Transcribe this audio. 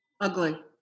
Ugly